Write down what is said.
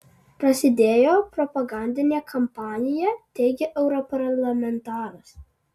prasidėjo propagandinė kampanija teigia europarlamentaras